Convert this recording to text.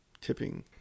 tipping